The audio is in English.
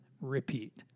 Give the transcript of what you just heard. repeat